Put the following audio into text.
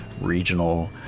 regional